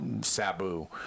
sabu